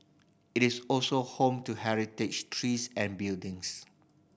it is also home to heritage trees and buildings